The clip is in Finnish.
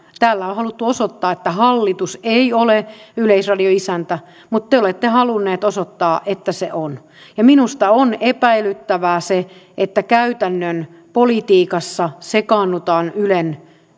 tällä on haluttu osoittaa että hallitus ei ole yleisradion isäntä mutta te olette halunneet osoittaa että se on minusta on epäilyttävää se että käytännön politiikassa sekaannutaan ylen